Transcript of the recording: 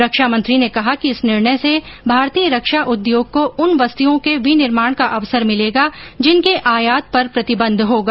रक्षामंत्री ने कहा कि इस निर्णय से भारतीय रक्षा उद्योग को उन वस्तुओं के विनिर्माण का अवसर मिलेगा जिनके आयात पर प्रतिबंध होगा